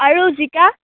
আৰু জিকা